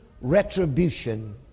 retribution